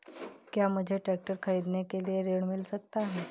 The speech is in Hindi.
क्या मुझे ट्रैक्टर खरीदने के लिए ऋण मिल सकता है?